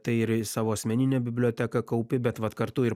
tai ir savo asmeninę biblioteką kaupi bet vat kartu ir